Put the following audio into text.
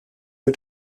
für